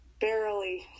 barely